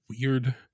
weird